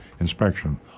inspection